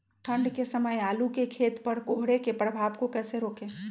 ठंढ के समय आलू के खेत पर कोहरे के प्रभाव को कैसे रोके?